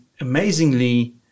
amazingly